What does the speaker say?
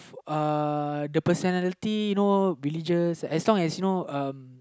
uh the personality you know religious as long as you know